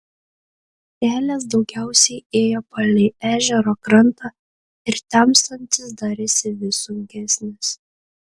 kelias daugiausiai ėjo palei ežero krantą ir temstant jis darėsi vis sunkesnis